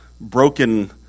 broken